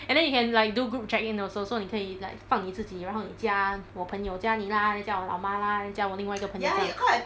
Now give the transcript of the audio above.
and then you can like do group check in also so 你可以 like 放你自己然后你加我朋友加你啦 then 加我老妈啦 then 加我另外一个朋友这样